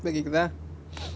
இப்ப கேக்குதா:ippa kekutha